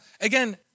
again